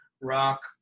rock